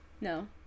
No